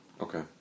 Okay